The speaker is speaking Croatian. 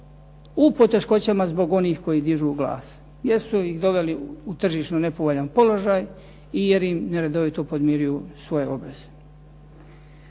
u poteškoćama zbog onih koji dižu glas jer su ih doveli u tržišno nepovoljan položaj i jer im neredovito podmiruju svoje obveze.